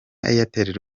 airtel